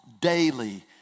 Daily